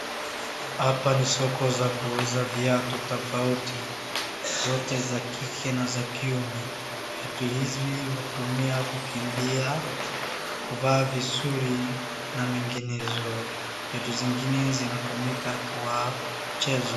Hapa ni soko za kuuza viatu tofauti, zote za kike na za kiume. Viatu hizi hutumia kukimbia, kuvaa vizuri na menginezo. Viatu zingine zinatumika kwa mchezo.